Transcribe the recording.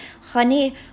honey